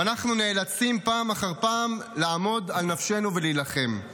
ואנחנו נאלצים פעם אחר פעם לעמוד על נפשנו ולהילחם.